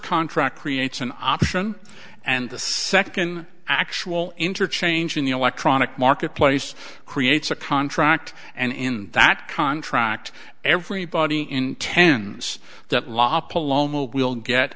contract creates an option and the second actual interchange in the electronic marketplace creates a contract and in that contract everybody intends